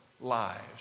lives